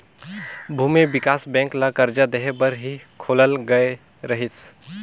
भूमि बिकास बेंक ल करजा देहे बर ही खोलल गये रहीस